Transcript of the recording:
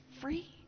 free